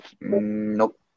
Nope